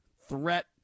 threat